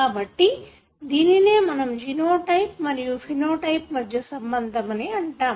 కాబట్టి దీనినే మనము జెనోటైప్ మరియు ఫెనోటైపే మధ్య సంబంధం అని అంటాము